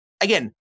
again